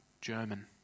German